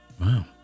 Wow